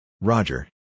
Roger